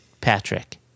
Patrick